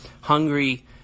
Hungry